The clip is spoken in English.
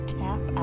tap